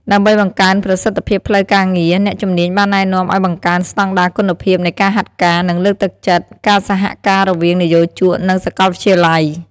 ដើម្បីបង្កើនប្រសិទ្ធភាពផ្លូវការងារ អ្នកជំនាញបានណែនាំឲ្យបង្កើនស្តង់ដារគុណភាពនៃការហាត់ការ និងលើកទឹកចិត្តការសហការរវាងនិយោជកនិងសាកលវិទ្យាល័យ។